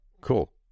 Cool